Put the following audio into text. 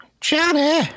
Johnny